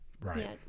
Right